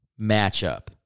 matchup